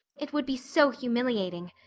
it would be so humiliating.